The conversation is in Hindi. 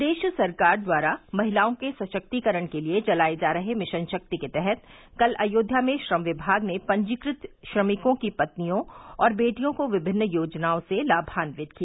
प्रदेश सरकार द्वारा महिलाओं के सशक्तीकरण के लिये चलाये जा रहे मिशन शक्ति के तहत कल अयोध्या में श्रम विभाग ने पंजीकृत श्रमिकों की पत्नियों और बेटियों को विभिन्न योजनाओं से लाभान्वित किया